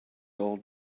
old